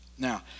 Now